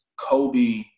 Kobe